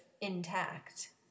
intact